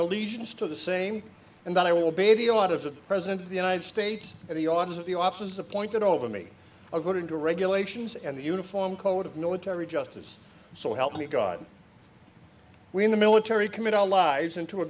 allegiance to the same and that i will be the lot of the president of the united states and the authors of the office appointed over me according to regulations and the uniform code of military justice so help me god we in the military commit our lives in to a